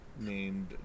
Named